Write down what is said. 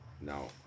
now